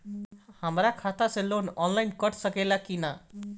हमरा खाता से लोन ऑनलाइन कट सकले कि न?